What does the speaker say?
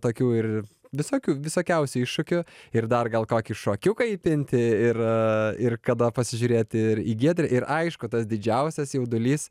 tokių ir visokių visokiausių iššūkių ir dar gal kokį šokiuką įpinti ir ir kada pasižiūrėti ir į giedrę ir aišku tas didžiausias jaudulys